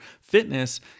fitness